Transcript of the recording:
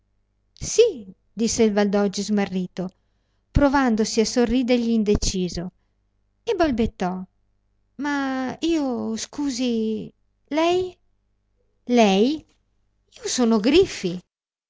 vero sì disse il valdoggi smarrito provandosi a sorridergli indeciso e balbettò ma io scusi lei lei io son griffi